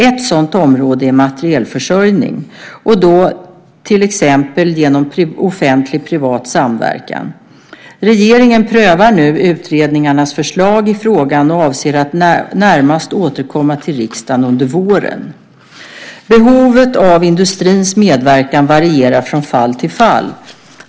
Ett sådant område är materielförsörjning, och då till exempel genom offentlig-privat samverkan. Regeringen prövar nu utredningarnas förslag i frågan och avser närmast att återkomma till riksdagen under våren. Behovet av industrins medverkan varierar från fall till fall.